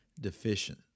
deficient